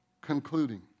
Concluding